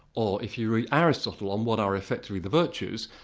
or if you read aristotle on what are effectively the virtues,